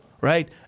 right